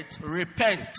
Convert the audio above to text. Repent